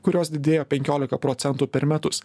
kurios didėjo penkiolika procentų per metus